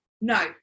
no